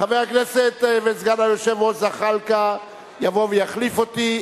חבר הכנסת וסגן היושב-ראש יבוא ויחליף אותי.